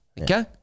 Okay